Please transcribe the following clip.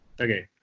Okay